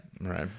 Right